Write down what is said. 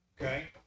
Okay